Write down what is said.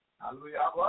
Hallelujah